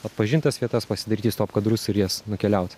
atpažintas vietas pasidaryti stop kadrus ir į jas nukeliaut